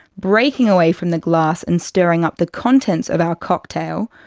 breaking away from the glass and stirring up the contents of our cocktail,